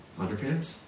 Underpants